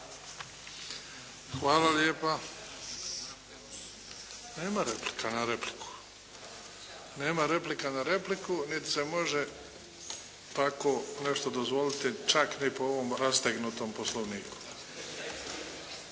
Hvala lijepa. Nema replika na repliku niti se može tako nešto dozvoliti čak ni po ovom rastegnutom Poslovniku.